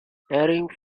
adding